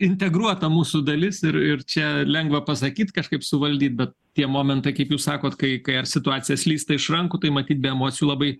integruota mūsų dalis ir ir čia lengva pasakyt kažkaip suvaldyt bet tie momentai kaip jūs sakot kai kai ar situacija slysta iš rankų tai matyt be emocijų labai